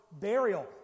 Burial